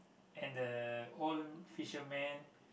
and the old fisherman